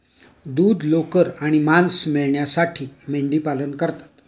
दूध, लोकर आणि मांस मिळविण्यासाठी मेंढीपालन करतात